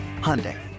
Hyundai